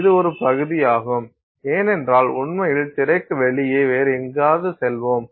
இது ஒரு பகுதியாகும் ஏனென்றால் உண்மையில் திரைக்கு வெளியே வேறு எங்காவது செல்வோம்